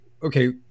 okay